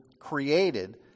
created